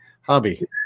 hobby